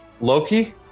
Loki